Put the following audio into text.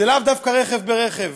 זה לאו דווקא רכב ברכב.